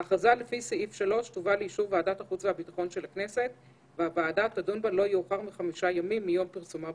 אני חושב שאפשר לכתוב שהוועדה רשאית לאשר את